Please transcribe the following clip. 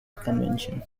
convention